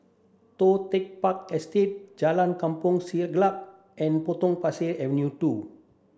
Toh Tuck Park Estate Jalan Kampong Siglap and Potong Pasir Avenue two